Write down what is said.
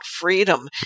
freedom